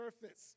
surface